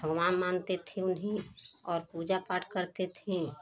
भगवान मानते थे उन्हें और पूजा पाठ करते थीं